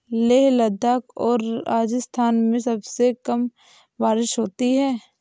लेह लद्दाख और राजस्थान में सबसे कम बारिश होती है